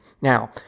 Now